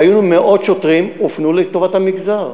מאות שוטרים שהיו הופנו לטובת המגזר,